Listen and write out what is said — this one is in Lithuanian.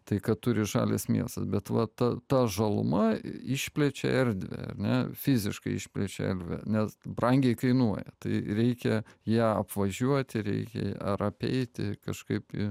tai kad turi žalias miestas bet vat ta žaluma išplečia erdvę ar ne fiziškai išplečia erdvę nes brangiai kainuoja tai reikia ją apvažiuoti reikia ar apeiti kažkaip